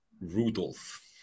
Rudolph